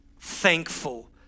thankful